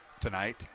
tonight